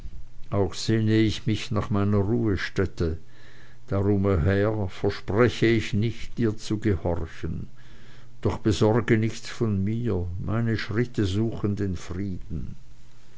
auch sehne ich mich nach meiner ruhestätte darum o herr verspreche ich nicht dir zu gehorchen doch besorge nichts von mir meine schritte suchen den frieden